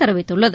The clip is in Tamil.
தெரிவித்தள்ளது